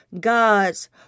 God's